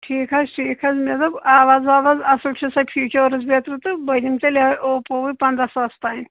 ٹھیٖک حَظ چھُ ٹھیٖک حَظ مےٚدوٚپ آواز واواز اصل چھِسا فیچٲرز بیتری تہٕ بہٕ نِمہٕ تیٚلہِ اوپووے پنداہ ساس تام